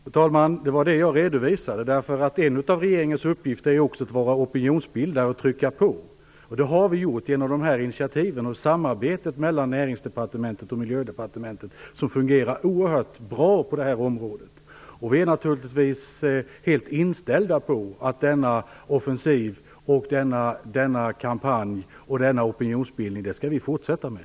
Fru talman! Det var det som jag redovisade. En av regeringens uppgifter är också att vara opinionsbildare och trycka på. Det har vi gjort genom initiativen och samarbetet mellan Näringsdepartementet och Miljödepartementet som fungerar oerhört bra på det här området. Vi är naturligtvis inställda på att denna offensiv, denna kampanj och denna opinionsbildning är något som vi skall fortsätta med.